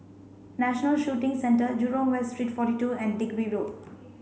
National Shooting Centre Jurong West Street forty two and Digby Road